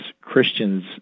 Christians